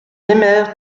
aimèrent